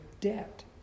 debt